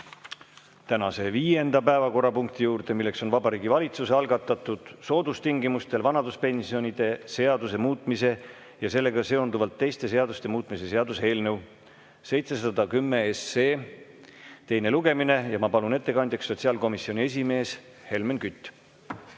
tänase viienda päevakorrapunkti juurde, milleks on Vabariigi Valitsuse algatatud soodustingimustel vanaduspensionide seaduse muutmise ja sellega seonduvalt teiste seaduste muutmise seaduse eelnõu 710 teine lugemine. Ma palun ettekandjaks sotsiaalkomisjoni esimehe Helmen Küti.